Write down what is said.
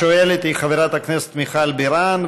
השואלת היא חברת הכנסת מיכל בירן,